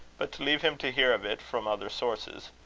but to leave him to hear of it from other sources.